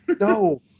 no